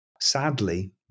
sadly